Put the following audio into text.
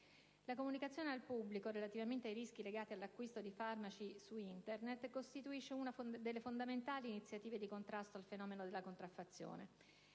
La comunicazione al pubblico, relativamente ai rischi legati all'acquisto di farmaci attraverso Internet, costituisce una delle fondamentali iniziative di contrasto al fenomeno della contraffazione.